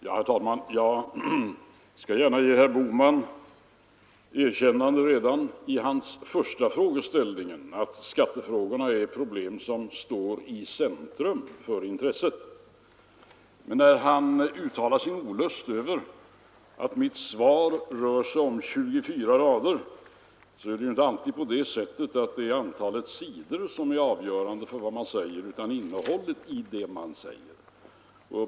Herr talman! Jag skall gärna ge herr Bohman ett erkännande redan i samband med hans första frågeställning: Skattefrågorna är problem som står i centrum för intresset. Men när han uttalar sin olust över att mitt svar rör sig om 24 rader vill jag erinra om att det inte alls är antalet sidor som är avgörande, utan det är innehållet i det man säger.